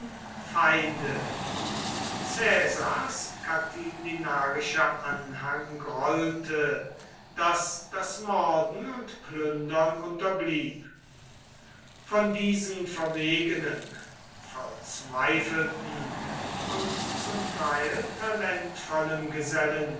feinde caesars catilinarischer anhang grollte daß das morden und plündern unterblieb von diesen verwegenen verzweifelten und zum teil talentvollen gesellen